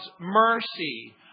mercy